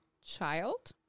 child